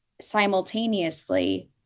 simultaneously